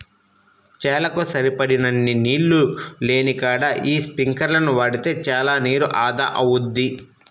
చేలకు సరిపడినన్ని నీళ్ళు లేనికాడ యీ స్పింకర్లను వాడితే చానా నీరు ఆదా అవుద్ది